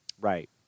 Right